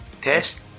Test